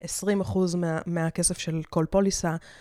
20 אחוז מהכסף של כל פוליסה.